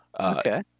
okay